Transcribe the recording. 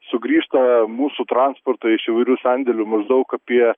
sugrįžta mūsų transportai iš įvairių sandėlių maždaug apie